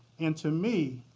and to me